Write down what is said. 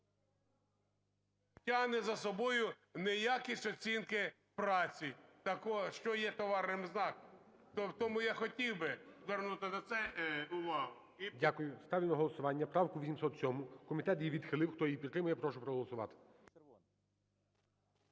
…тягне за собою неякість оцінки праці, що є товарним знаком. Тому я хотів би звернути на це увагу… ГОЛОВУЮЧИЙ. Дякую. Ставлю на голосування правку 807. Комітет її відхилив. Хто її підтримує, прошу проголосувати.